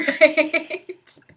right